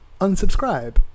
unsubscribe